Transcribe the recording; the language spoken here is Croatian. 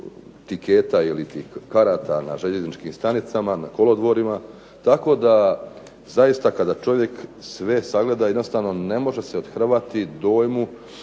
tiketa ili karata na željezničkim stanicama, na kolodvorima. Tako da zaista kada čovjek sve sagleda jednostavno ne može se othrvati dojmu